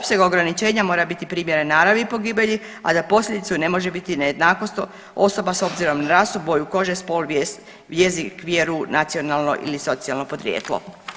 Opseg ograničenja mora biti primjeren naravi pogibelji, a da posljedica ne može biti nejednakost osoba s obzirom na rasu, boju kože, spol, jezik, vjeru, nacionalno ili socijalno podrijetlo.